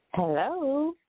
hello